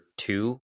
two